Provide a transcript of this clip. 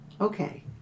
okay